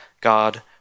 God